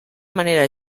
manera